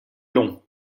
long